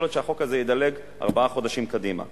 יכול להיות שהחוק הזה ידלג ארבעה חודשים קדימה,